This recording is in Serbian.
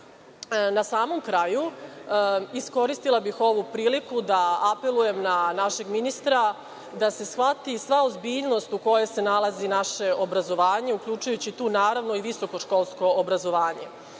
samom kraju, iskoristila bih ovu priliku da apelujem na našeg ministra da se shvati sva ozbiljnost u kojoj se nalazi naše obrazovanje, uključujući tu, naravno, i visokoškolsko obrazovanje.